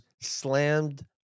slammed